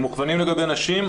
הם מוכוונים לגבי נשים,